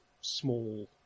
small